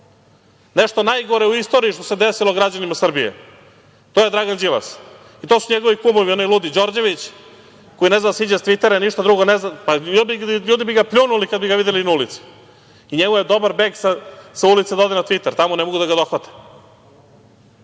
Nešto najgore u istoriji što se desilo građanima Srbije to je Dragan Đilas i to su njegovi kumovi, onaj ludi Đorđević, koji ne zna da siđe sa Tvitera i ništa drugo ne zna. Ljudi bi ga pljunuli kad bi ga videli na ulici. Njemu je dobar beg sa ulice da ode na Tviter tamo ne mogu da ga dohvate,